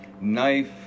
knife